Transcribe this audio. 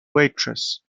waitress